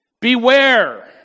Beware